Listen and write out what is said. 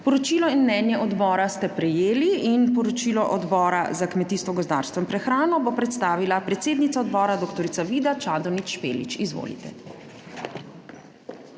Poročilo in mnenje odbora ste prejeli in poročilo Odbora za kmetijstvo, gozdarstvo in prehrano bo predstavila predsednica odbora dr. Vida Čadonič Špelič. Izvolite.